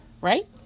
Right